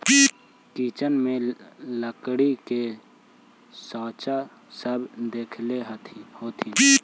kitchen में लकड़ी के साँचा सब देखले होथिन